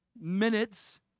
minutes